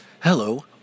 Hello